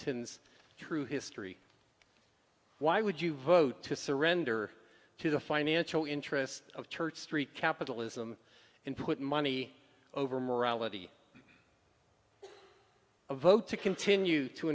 's through history why would you vote to surrender to the financial interests of church street capitalism and put money over morality a vote to continue to